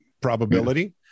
probability